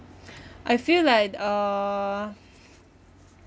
I feel like uh